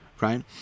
right